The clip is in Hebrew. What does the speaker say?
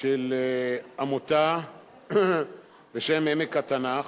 של עמותה בשם "עמק התנ"ך",